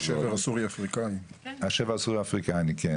השבר הסורי האפריקאי, כן.